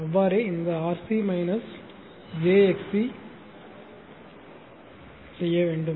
அவ்வாறே இந்த RC j XC செய்ய வேண்டும்